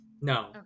No